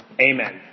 Amen